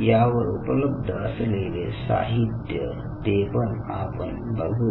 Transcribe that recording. यावर उपलब्ध असलेले साहित्य ते पण आपण बघू